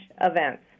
events